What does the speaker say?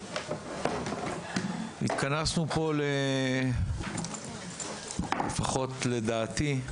התכנסנו פה, לדעתי לפחות לדעתי,